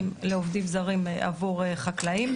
לעובדים זרים עבור חקלאים.